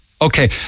Okay